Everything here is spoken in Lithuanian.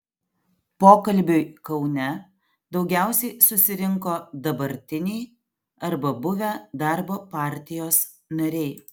pokalbiui kaune daugiausiai susirinko dabartiniai arba buvę darbo partijos nariai